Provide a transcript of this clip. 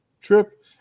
trip